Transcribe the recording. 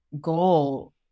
goal